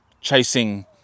Chasing